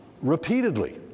repeatedly